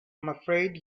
afraid